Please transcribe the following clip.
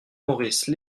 maurice